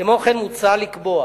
כמו כן, מוצע לקבוע